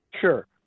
Sure